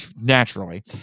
Naturally